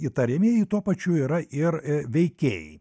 įtariamieji tuo pačiu yra ir veikėjai